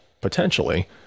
potentially